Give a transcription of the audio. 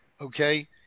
Okay